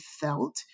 felt